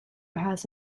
has